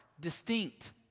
Distinct